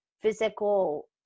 physical